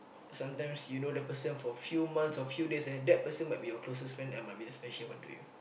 sometimes you know the person for few months or few days and that person might be your closest friend and might be the special one to you